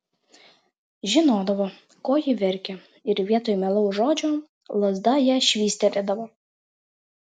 žinodavo ko ji verkia ir vietoj meilaus žodžio lazda į ją švystelėdavo